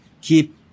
Keep